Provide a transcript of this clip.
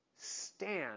stand